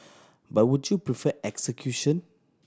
but would you prefer execution